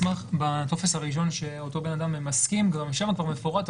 בטופס הראשון שאותו בן-אדם מסכים גם שם כבר מפורט,